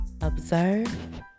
Observe